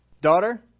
Daughter